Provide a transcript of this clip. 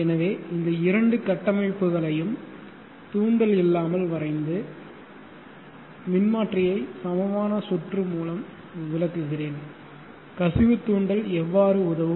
எனவே இந்த இரண்டு கட்டமைப்புகளையும் தூண்டல் இல்லாமல் வரைந்து மின்மாற்றியை சமமான சுற்று மூலம் விளக்குகிறேன் கசிவு தூண்டல் எவ்வாறு உதவும்